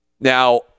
Now